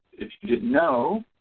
if you didn't know,